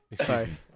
Sorry